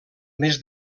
més